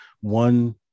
one